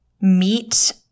meet